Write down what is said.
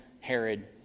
Herod